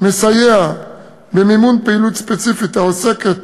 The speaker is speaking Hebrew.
מסייע במימון פעילות ספציפית העוסקת